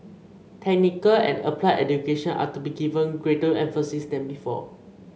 technical and applied education are to be given greater emphasis than before